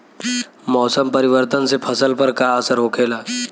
मौसम परिवर्तन से फसल पर का असर होखेला?